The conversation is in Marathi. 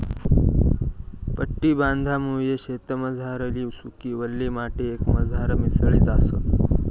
पट्टी बांधामुये शेतमझारली सुकी, वल्ली माटी एकमझार मिसळी जास